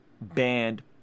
banned